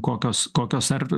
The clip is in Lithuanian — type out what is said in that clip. kokios kokios ar